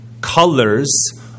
colors